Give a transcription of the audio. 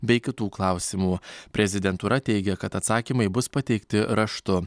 bei kitų klausimų prezidentūra teigia kad atsakymai bus pateikti raštu